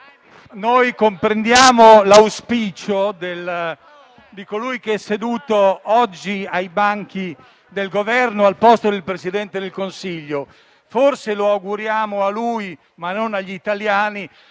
comprendiamo l'auspicio di colui che è seduto oggi ai banchi del Governo al posto del Presidente del Consiglio. Forse lo auguriamo a lui, ma non agli italiani